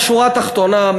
בשורה התחתונה,